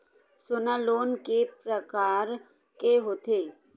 सोना लोन के प्रकार के होथे?